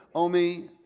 oh me,